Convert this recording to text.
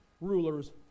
rulers